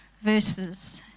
verses